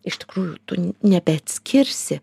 iš tikrųjų tu nebeatskirsi